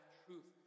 truth